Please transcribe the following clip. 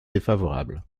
défavorable